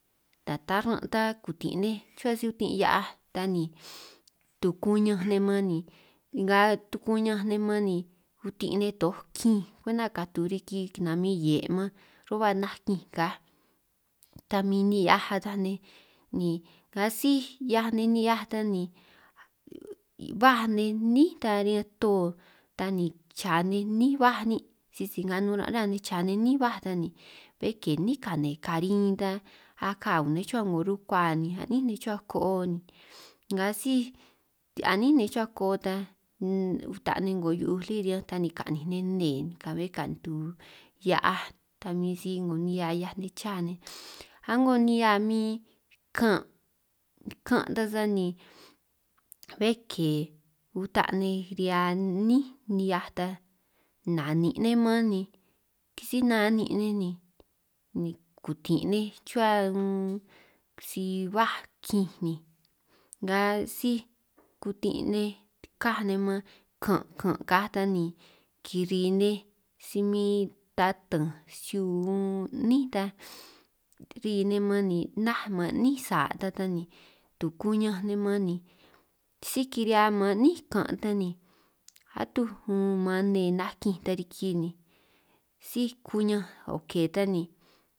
Ta taran' ta kutin' nej ruhua si utin' hia'aj ta ni tukuñanj nej man ni nga tukuñanj nej man ni, utin' nej toj kinj kwenta katu riki kanamin hie' man ru'hua nakinj kaj, ta min ni'hiaj ata nej ka síj 'hiaj nej ni'hiaj ta ni ni baj nej 'nín ta riñan to ta ni cha nej 'nín baj nin' sisi nga nun aran' ruhua nej cha nej 'nín baj nej ta, ni bé ke 'nín kane karin ni ta aka ñun nej chuhua 'ngo rukua ni a'nín nej chuhua koo ni nga síj a'nín nej chuhua koo ta, uta' nej 'ngo hiu' lí riñan ta ni ka'ninj ninj nnee ka'be katu 'hiaj ta min si 'ngo nihia 'hiaj nej cha nej, a'ngo nihia min kan' kan' ta sani bé ke uta' nej ri'hia 'nín nihiaj ta nanin' nej man ni kisíj nanin' ni kutin' nej chuhua si baj kinj ni nga síj kutin' nej ka nej man kan' kan' ka ta ni kiri nej si min tatanj siu 'nín ta, ri nej man ni naj man 'nín sa' ta ta ni tukuñanj nej man ni, síj kirihia man ni kan' tan ni atuj man nne nakinj ta ni riki síj kuñan o' ke ta ni.